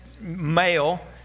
male